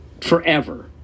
forever